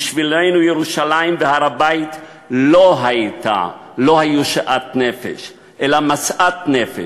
בשבילנו ירושלים והר-הבית לא היו שאט נפש אלא משאת נפש,